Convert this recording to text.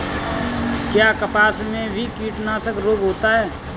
क्या कपास में भी कीटनाशक रोग होता है?